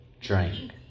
drank